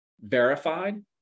verified